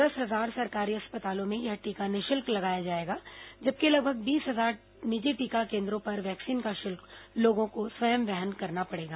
दस हजार सरकारी अस्पतालों में यह टीका निःशुल्क लगाया जाएगा जबकि लगभग बीस हजार निजी टीकाकरण केन्द्रों पर वैक्सीन का शुल्क लोगों को स्वयं वहन करना होगा